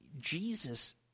Jesus